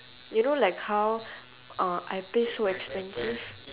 you know like how uh I pay so expensive